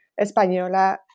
Española